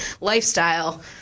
lifestyle